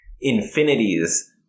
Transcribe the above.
infinities